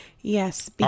Yes